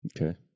Okay